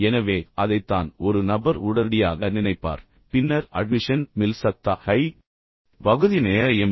எனவே அதைத்தான் ஒரு நபர் உடனடியாக நினைப்பார் பின்னர் அட்மிஷன் மில் சக்தா ஹை பகுதி நேர எம்